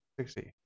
60